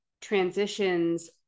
transitions